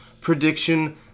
Prediction